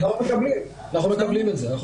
אנחנו מקבלים את זה.